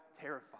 terrified